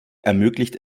ermöglicht